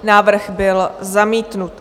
Návrh byl zamítnut.